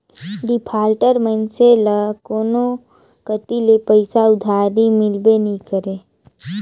defaulter मइनसे ल कोनो कती ले पइसा उधारी मिलबे नी करे